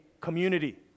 community